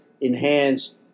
enhanced